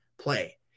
play